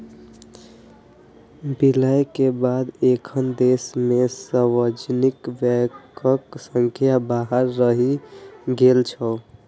विलय के बाद एखन देश मे सार्वजनिक बैंकक संख्या बारह रहि गेल छै